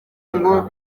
ngo